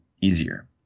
easier